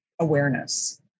awareness